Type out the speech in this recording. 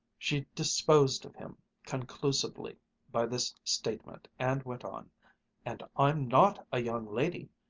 she disposed of him conclusively by this statement and went on and i'm not a young lady.